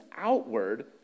outward